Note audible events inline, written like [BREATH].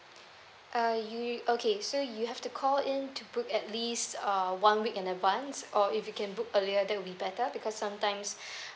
uh you okay so you have to call in to book at least uh one week in advance or if you can book earlier that will better because sometimes [BREATH]